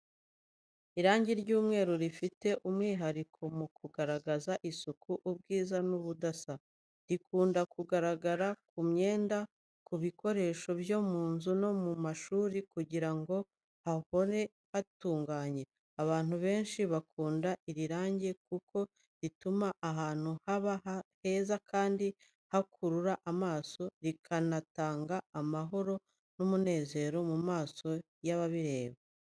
Irangi ry’umweru rifite umwihariko mu kugaragaza isuku, ubwiza n'ubudasa. Rikunda kugaragara ku myenda, ku bikoresho byo mu nzu no mu mashuri kugira ngo hahore hatunganye. Abantu benshi bakunda iri rangi, kuko rituma ahantu haba heza kandi hakurura amaso, rikanatanga amahoro n’umunezero mu maso y’ababireba.